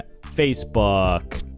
Facebook